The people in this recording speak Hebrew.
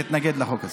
נתנגד לחוק הזה.